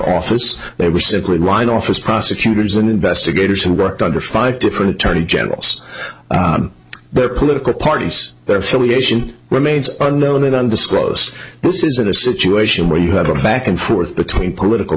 office they were simply lied office prosecutors and investigators who worked under five different attorney generals their political parties their affiliation remains unknown and on disclose this isn't a situation where you had a bad and forth between political